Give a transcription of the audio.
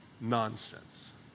nonsense